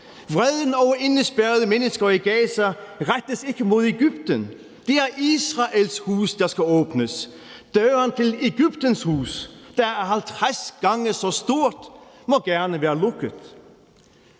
Vreden over indespærrede mennesker i Gaza rettes ikke mod Egypten. Det er Israels hus, der skal åbnes. Døren til Egyptens hus, der er 50 gange så stor, må gerne være lukket.